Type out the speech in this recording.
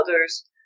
others